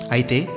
Aite